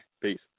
Peace